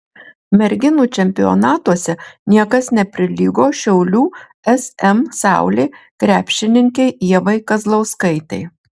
merginų čempionatuose niekas neprilygo šiaulių sm saulė krepšininkei ievai kazlauskaitei